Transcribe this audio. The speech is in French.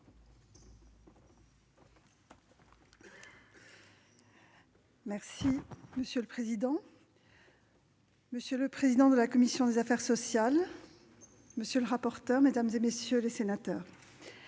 Monsieur le président, monsieur le président de la commission des affaires sociales, monsieur le rapporteur, mesdames, messieurs les sénateurs,